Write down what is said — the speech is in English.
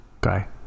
guy